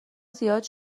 زیاد